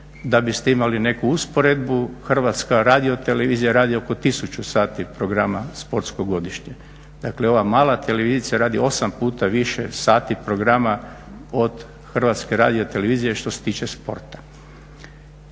Da biste imali neku usporedbu Hrvatska radiotelevizija radi oko 1000 sati programa sportskog godišnje. Dakle, ova mala televizija radi 8 puta više sati programa od Hrvatske radiotelevizije što se tiče sporta.